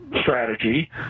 strategy